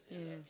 yeah